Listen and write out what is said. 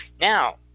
Now